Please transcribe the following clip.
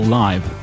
live